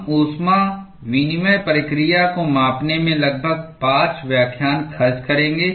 हम ऊष्मा विनिमय प्रक्रिया को मापने में लगभग 5 व्याख्यान खर्च करेंगे